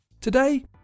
Today